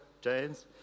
James